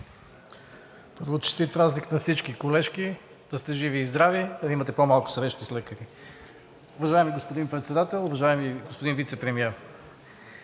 Първо, честит празник на всички колежки! Да сте живи и здрави, да имате по-малко срещи с лекари. Уважаеми господин Председател! Уважаеми господин Вицепремиер,